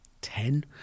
ten